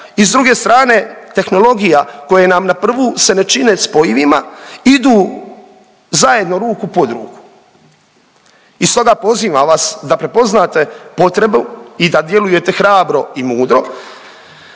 i s druge strane, tehnologija koje nam na prvu se ne čime spojivima idu zajedno ruku pod ruku. I stoga pozivam vas da prepoznate potrebu i da djelujete hrabro i mudro